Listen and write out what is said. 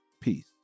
Peace